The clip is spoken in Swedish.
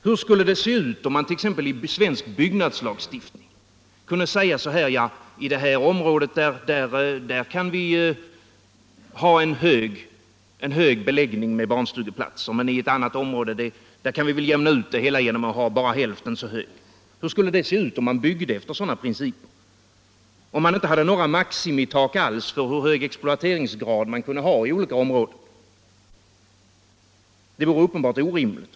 Hur skulle det vara om man t.ex. när det gäller svensk byggnadslagstiftning skulle säga, att vi i ett område kan ha en hög beläggning med barnstugeplatser men att vi kan jämna ut det med att ha en hälften så hög beläggning i ett annat område? Hur skulle det se ut, om man byggde efter sådana principer? Det vore t.ex. också uppenbart orimligt om man inte alls hade några maximitak för exploateringsgraden i olika områden.